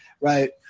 right